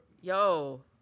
Yo